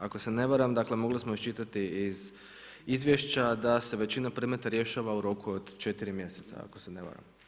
Ako se ne varam, dakle, mogli smo iščitati iz izvješća da se većina predmeta rješava u roku od 4 mjeseca, ako se ne varam.